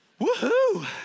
Woohoo